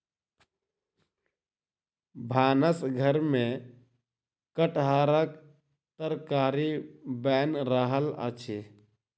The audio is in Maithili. भानस घर में कटहरक तरकारी बैन रहल अछि